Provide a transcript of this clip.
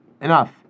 Enough